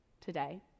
today